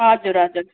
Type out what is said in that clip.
हजुर हजुर